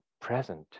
present